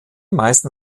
meisten